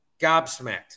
gobsmacked